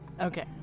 Okay